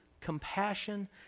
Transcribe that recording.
compassion